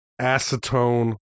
acetone